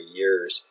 years